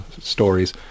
stories